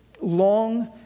long